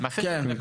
כן.